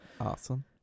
awesome